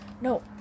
No